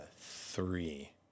three